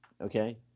okay